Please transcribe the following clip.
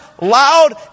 loud